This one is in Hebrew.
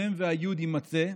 המ"ם והיו"ד יימצאו,